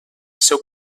seu